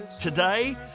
today